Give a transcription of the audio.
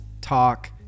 talk